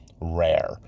rare